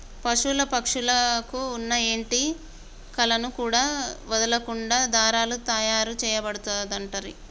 పశువుల పక్షుల కు వున్న ఏంటి కలను కూడా వదులకుండా దారాలు తాయారు చేయబడుతంటిరి